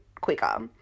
quicker